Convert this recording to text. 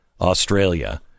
Australia